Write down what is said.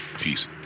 peace